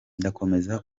ndakomeza